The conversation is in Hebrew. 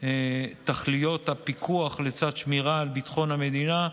תכליות הפיקוח לצד שמירה על ביטחון המדינה,